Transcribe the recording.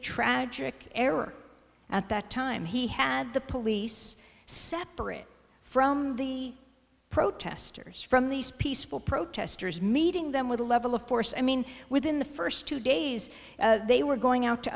magic error at that time he had the police separate from the protesters from these peaceful protesters meeting them with a level of force i mean within the first two days they were going out to